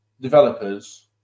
developers